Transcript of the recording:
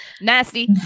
nasty